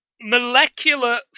molecular